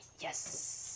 Yes